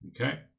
Okay